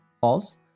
false